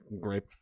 great